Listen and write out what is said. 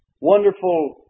wonderful